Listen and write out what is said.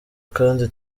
kandi